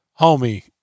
homie